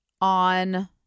on